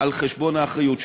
על חשבון האחריות,